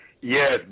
Yes